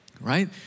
right